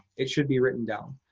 it should be written down.